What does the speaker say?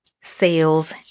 sales